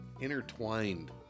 intertwined